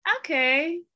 okay